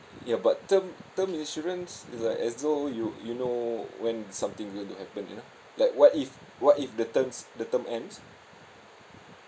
ya but term term insurance is like as though you you know when something going to happen you know like what if what if the terms the term ends